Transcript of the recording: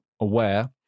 aware